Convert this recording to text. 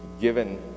given